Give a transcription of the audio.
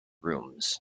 rooms